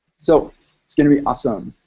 so it's gonna be awesome.